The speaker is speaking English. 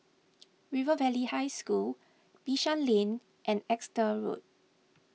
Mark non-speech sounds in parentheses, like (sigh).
(noise) River Valley High School Bishan Lane and Exeter Road